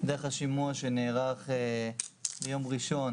דרך השימוע שנערך ביום ראשון